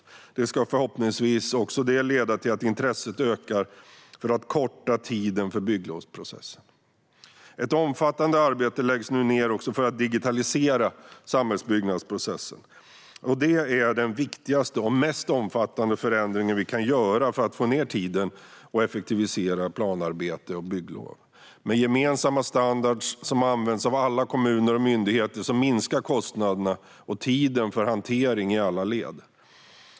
Även detta ska förhoppningsvis leda till att intresset ökar för att korta tiden för bygglovsprocessen. Ett omfattande arbete läggs nu ned för att digitalisera samhällsbyggnadsprocessen. Detta är den viktigaste och mest omfattande förändring vi kan göra för att få ned tiden och för att effektivisera planarbete och bygglov. Med gemensamma standarder som används av alla kommuner och myndigheter minskar kostnaderna och tiden för hantering i alla led.